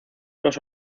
los